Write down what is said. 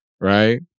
right